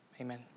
Amen